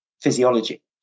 physiology